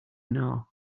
know